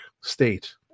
State